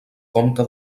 comte